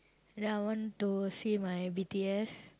then I want to see my B_T_S